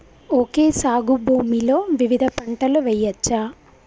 Okay సాగు భూమిలో వివిధ పంటలు వెయ్యచ్చా?